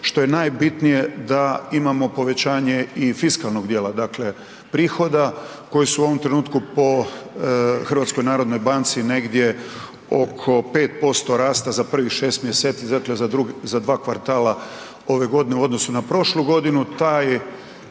što je najbitnije da imamo povećanje i fiskalnog dijela dakle prihoda koji su u ovom trenutku po HNB-u negdje oko 5% rasta za prvih 6 mjeseci, dakle za 2 kvartala ove godine u odnosu na prošlu godinu.